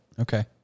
Okay